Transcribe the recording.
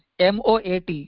MOAT